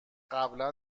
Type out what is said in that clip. قبلا